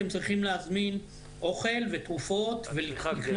הם צריכים להזמין אוכל ותרופות לקנות